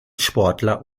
sportler